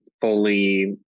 fully